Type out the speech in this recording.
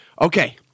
Okay